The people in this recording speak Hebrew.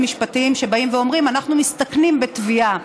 משפטיים שבאים ואומרים: אנחנו מסתכנים בתביעה.